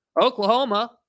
Oklahoma